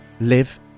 live